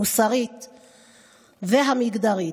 המוסרית והמגדרית.